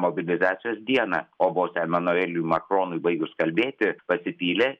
mobilizacijos dieną o vos emanueliui makronui baigus kalbėti pasipylė